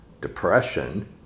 depression